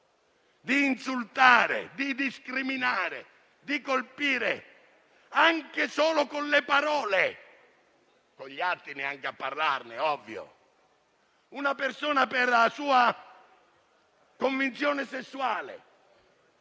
di insultare, discriminare e colpire anche solo con le parole (con gli atti neanche a parlarne, ovvio) una persona per il suo orientamento sessuale.